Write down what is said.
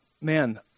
man